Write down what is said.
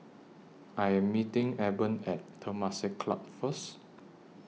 I Am meeting Eben At Temasek Club First